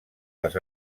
les